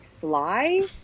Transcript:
fly